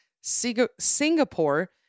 Singapore